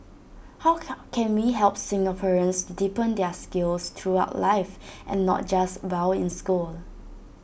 how can can we help Singaporeans to deepen their skills throughout life and not just while in school